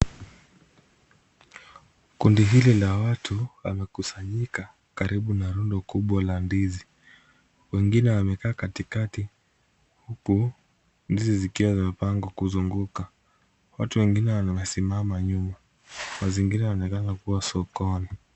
Kundi hili la watu wamekusanyika karibu na rundo kubwa la ndizi, wengine wamekaa katikati, huku ndizi zikiwa zimepangwa kuzunguka. Watu wengine wamesimama nyuma. Mazingira yanaonekana kuwa sokoni.